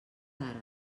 ara